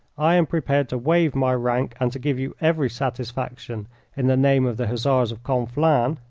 i am prepared to waive my rank and to give you every satisfaction in the name of the hussars of conflans.